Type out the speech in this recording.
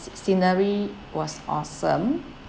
scenery was awesome